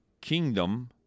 kingdom